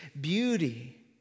beauty